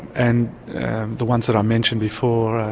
and the ones that i mentioned before,